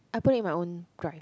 I put it in my own drive